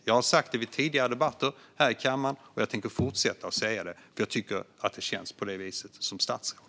Jag har sagt det i tidigare kammardebatter, och jag tänker fortsätta att säga det eftersom det känns så för mig som statsråd.